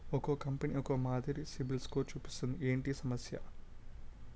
ఒక్కో కంపెనీ ఒక్కో మాదిరి సిబిల్ స్కోర్ చూపిస్తుంది ఏంటి ఈ సమస్య?